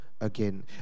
again